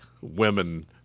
women